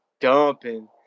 dumping